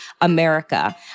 America